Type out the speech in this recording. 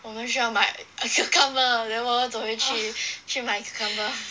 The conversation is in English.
我们需要买 cucumber then 我们走回去去买 cucumber